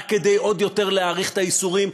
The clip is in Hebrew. רק כדי עוד יותר להאריך את הייסורים,